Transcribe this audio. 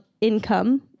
income